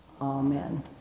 amen